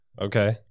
Okay